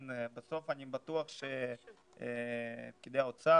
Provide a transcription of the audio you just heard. בסוף אני בטוח שפקידי האוצר,